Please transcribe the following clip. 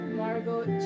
margot